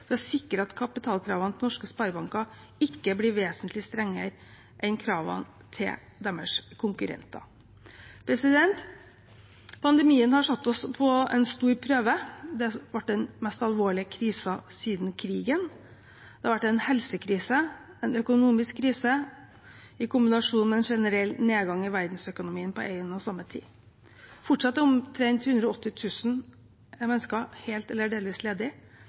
ved å sikre at kapitalkravene til norske sparebanker ikke blir vesentlig strengere enn kravene til deres konkurrenter. Pandemien har satt oss på en stor prøve. Det har vært den mest alvorlige krisen siden krigen. Det har vært en helsekrise og en økonomisk krise, i kombinasjon med en generell nedgang i verdensøkonomien på en og samme tid. Fortsatt er omtrent 180 000 mennesker helt eller delvis